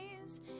days